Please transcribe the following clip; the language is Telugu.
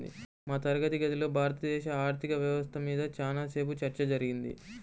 మా తరగతి గదిలో భారతదేశ ఆర్ధిక వ్యవస్థ మీద చానా సేపు చర్చ జరిగింది